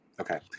Okay